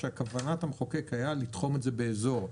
שכוונת המחוקק הייתה לתחום את זה באזור.